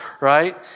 right